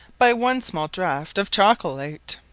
by one small draught of chocolate.